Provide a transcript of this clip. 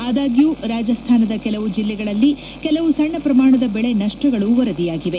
ಆದಾಗ್ಯೂ ರಾಜಸ್ದಾನದ ಕೆಲವು ಜಿಲ್ಲೆಗಳಲ್ಲಿ ಕೆಲವು ಸಣ್ಣ ಪ್ರಮಾಣದ ಬೆಳೆ ನಷ್ವಗಳು ವರದಿಯಾಗಿವೆ